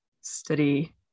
steady